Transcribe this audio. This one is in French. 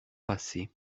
passé